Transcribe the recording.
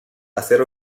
hacer